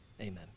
amen